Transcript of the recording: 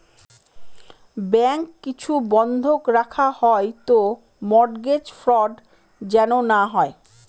bank কিছু বন্ধক রাখা হয় তো মর্টগেজ ফ্রড যেন না হয়